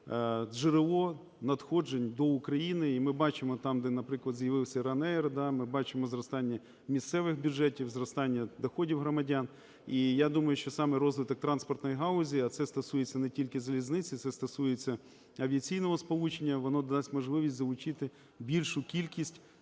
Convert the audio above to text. джерело надходжень до України. І ми бачимо: там, де, наприклад, з'явився RYANAIR, ми бачимо зростання місцевих бюджетів, зростання доходів громадян. І я думаю, що саме розвиток транспортної галузі, а це стосується не тільки залізниці, це стосується і авіаційного сполучення, він дасть можливість залучити більшу кількість